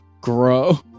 grow